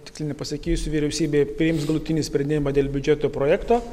tiksliai nepasakysiu vyriausybė priims galutinį sprendimą dėl biudžeto projekto